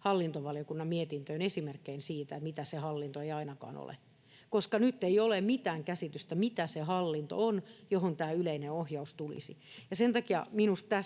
hallintovaliokunnan mietintöön esimerkkeinä siitä, mitä se hallinto ei ainakaan ole, koska nyt ei ole mitään käsitystä, mitä se hallinto on, johon tämä yleinen ohjaus tulisi. Sen takia minusta